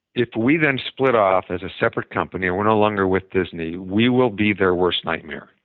if we then split off as a separate company and we're no longer with disney, we will be their worst nightmare